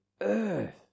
earth